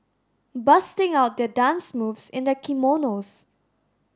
busting out their dance moves in their kimonos